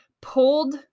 pulled